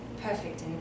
perfect